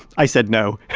i said, no